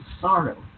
sorrow